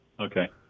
Okay